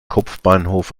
kopfbahnhof